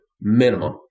minimum